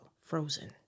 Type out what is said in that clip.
Frozen